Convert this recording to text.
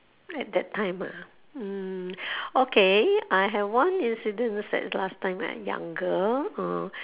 at that time ah mm okay I have one incident that last time I younger